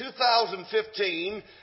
2015